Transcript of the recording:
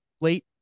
late